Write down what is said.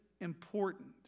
important